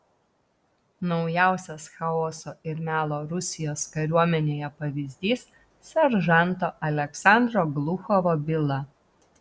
naujausias chaoso ir melo rusijos kariuomenėje pavyzdys seržanto aleksandro gluchovo byla